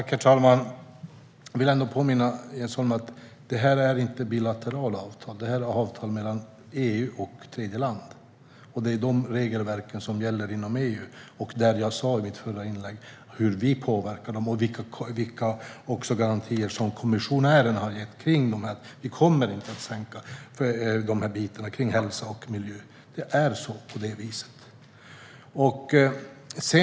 Herr talman! Jag vill påminna Jens Holm om att det här inte är bilaterala avtal utan avtal mellan EU och tredjeland. Det är de regelverken som gäller inom EU, och jag berättade i mitt förra inlägg hur vi påverkar dem och också vilka garantier som kommissionären har gett. Vi kommer inte att sänka kraven när det gäller hälsa och miljö. Så är det.